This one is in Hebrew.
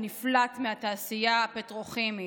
הנפלט מהתעשייה הפטרוכימית.